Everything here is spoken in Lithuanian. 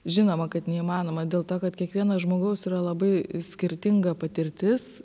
žinoma kad neįmanoma dėl to kad kiekvieno žmogaus yra labai skirtinga patirtis